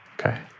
Okay